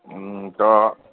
हुँ तऽ